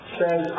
says